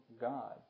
God